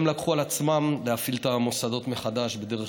הם לקחו על עצמם להפעיל את המוסדות מחדש בדרך שונה,